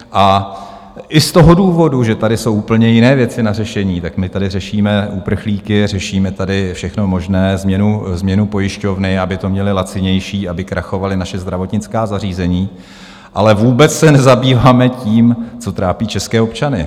A i z toho důvodu, že tady jsou úplně jiné věci na řešení, tak my tady řešíme uprchlíky a řešíme tady všechno možné, změnu pojišťovny, aby to měli lacinější, aby krachovala naše zdravotnická zařízení, ale vůbec se nezabýváme tím, co trápí české občany.